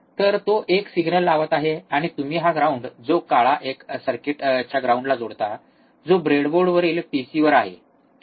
तर तो एक सिग्नल लावत आहे आणि तुम्ही हा ग्राउंड जो काळा 1 आहे सर्किटच्या ग्राऊंडला जोडता जो ब्रेडबोर्डवरील पीसीवर आहे ठिक